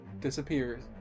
disappears